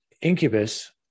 Incubus